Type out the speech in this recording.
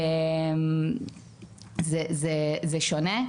זה שונה,